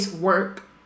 work